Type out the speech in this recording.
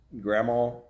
Grandma